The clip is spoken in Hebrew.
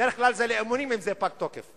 בדרך כלל זה לאימונים אם זה פג תוקף.